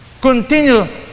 continue